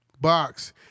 Box